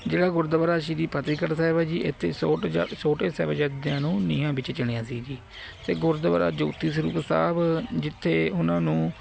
ਜਿਹੜਾ ਗੁਰਦਵਾਰਾ ਸ਼੍ਰੀ ਫਤਿਹਗੜ੍ਹ ਸਾਹਿਬ ਹੈ ਜੀ ਇੱਥੇ ਛੋਟ ਜ਼ਾਦ ਛੋਟੇ ਸਾਹਿਬਜ਼ਾਦਿਆਂ ਨੂੰ ਨੀਹਾਂ ਵਿੱਚ ਚਿਣਿਆ ਸੀ ਜੀ ਅਤੇ ਗੁਰਦੁਆਰਾ ਜੋਤੀ ਸਰੂਪ ਸਾਹਿਬ ਜਿੱਥੇ ਉਹਨਾਂ ਨੂੰ